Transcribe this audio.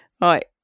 Right